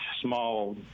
small